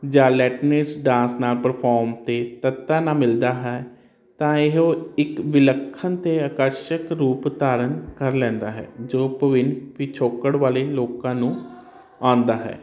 ਜਾਂ ਲੈਟਨਿਸ ਡਾਂਸ ਨਾਲ ਪਰਫੋਰਮ ਤੇ ਤੱਤਾ ਨਾਲ ਮਿਲਦਾ ਹੈ ਤਾਂ ਇਹੋ ਇਕ ਵਿਲੱਖਣ ਤੇ ਆਕਰਸ਼ਕ ਰੂਪ ਧਾਰਨ ਕਰ ਲੈਂਦਾ ਹੈ ਜੋ ਭਵਿੰਨ ਪਿਛੋਕੜ ਵਾਲੇ ਲੋਕਾਂ ਨੂੰ ਆਂਦਾ ਹੈ